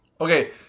Okay